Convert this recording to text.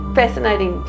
fascinating